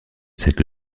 cette